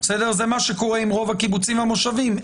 וזה מה שקורה עם רוב הקיבוצים והמושבים.